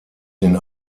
den